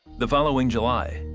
the following july.